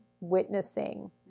witnessing